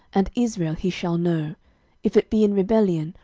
and israel he shall know if it be in rebellion,